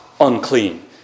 Unclean